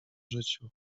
życiu